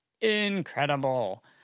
incredible